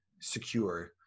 secure